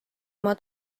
oma